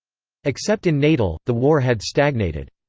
except in natal, the war had stagnated.